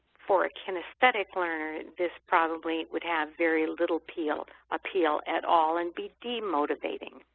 for a kinesthetic learner, this probably would have very little appeal appeal at all and be demotivating.